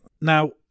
Now